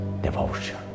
devotion